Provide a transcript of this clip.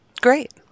Great